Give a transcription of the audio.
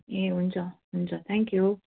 ए हुन्छ हुन्छ थ्याङ्कयू